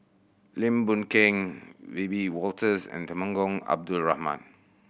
Lim Boon Keng Wiebe Wolters and Temenggong Abdul Rahman